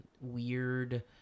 weird